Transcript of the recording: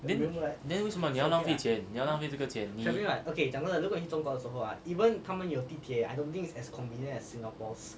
then then 为什么你要浪费钱你要浪费这个钱你